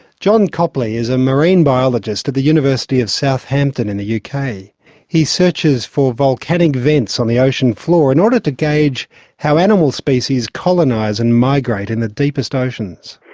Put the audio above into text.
jon copley is a marine biologist at the university of southampton in the yeah uk. he searches for volcanic vents on the ocean floor in order to gauge how animal species colonise and migrate in the deepest oceans.